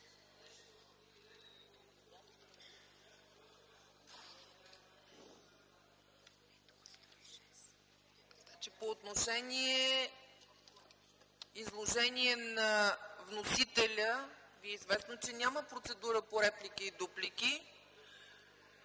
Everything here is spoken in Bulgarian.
По отношение изложение на вносителя Ви е известно, че няма процедура по реплики и дуплики.